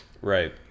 Right